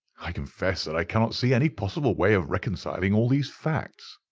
i confess that i cannot see any possible way of reconciling all these facts.